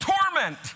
Torment